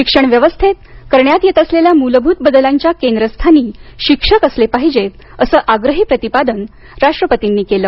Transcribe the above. शिक्षण व्यवस्थात करण्यात येत असलेल्या मूलभूत बदलांच्या केंद्रस्थानी शिक्षक असले पाहिजेत असं आग्रही प्रतिपादन राष्ट्रपतींनी केलं